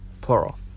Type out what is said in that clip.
plural